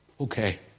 Okay